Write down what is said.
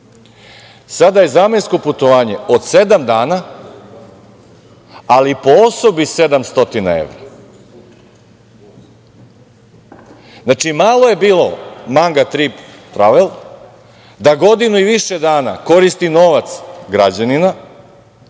Sada je zamensko putovanje od sedam dana, ali po osobi 700 evra. Znači, malo je bilo "Manga trip travel" da godinu i više dana koristi novac građanina,